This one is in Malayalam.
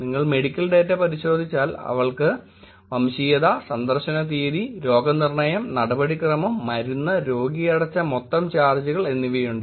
നിങ്ങൾ മെഡിക്കൽ ഡാറ്റ പരിശോധിച്ചാൽ അവൾക്ക് വംശീയത സന്ദർശന തീയതി രോഗ നിർണയം നടപടിക്രമം മരുന്ന് രോഗി അടച്ച മൊത്തം ചാർജുകൾ എന്നിവയുണ്ട്